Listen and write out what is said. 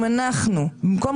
אם אתם מעלים